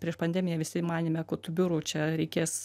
prieš pandemiją visi manėme kad tų biurų čia reikės